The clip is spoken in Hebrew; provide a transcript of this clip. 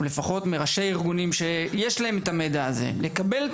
או לפחות מראשי הארגונים שיש להם את המידע הזה,